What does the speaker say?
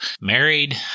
Married